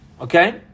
Okay